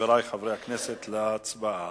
חברי חברי הכנסת, להצבעה.